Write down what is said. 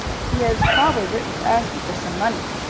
he has probably written to ask you for some money.